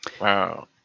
Wow